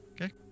Okay